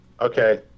Okay